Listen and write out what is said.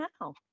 now